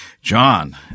John